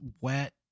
wet